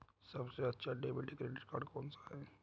सबसे अच्छा डेबिट या क्रेडिट कार्ड कौन सा है?